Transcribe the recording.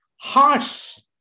hearts